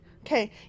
okay